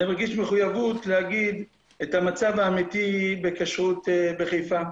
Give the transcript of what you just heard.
אני מרגיש מחויבות להגיד את המצב האמיתי בכשרות בחיפה,